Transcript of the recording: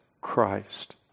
Christ